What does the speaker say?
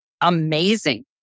amazing